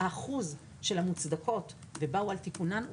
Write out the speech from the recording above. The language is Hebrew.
האחוז של המוצדקות ובאו על תיקונן,